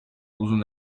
uzun